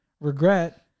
regret